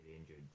injured